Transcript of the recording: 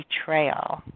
Betrayal